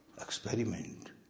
Experiment